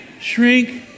shrink